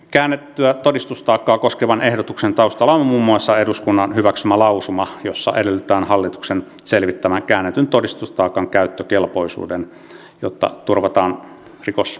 käännettyä todistustaakkaa koskevan ehdotuksen taustalla on muun muassa eduskunnan hyväksymä lausuma jossa edellytetään hallituksen selvittävän käännetyn todistustaakan käyttökelpoisuuden jotta turvataan rikoshyödyn poissaaminen